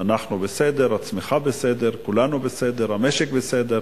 אנחנו בסדר, הצמיחה בסדר, כולנו בסדר, המשק בסדר.